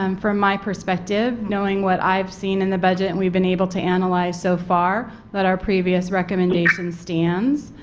um from my perspective, knowing what i have seen in the budget and we have been able to analyze so far that our previous recommendation stands.